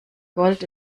gold